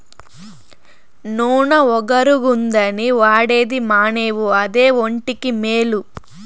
నూన ఒగరుగుందని వాడేది మానేవు అదే ఒంటికి మేలు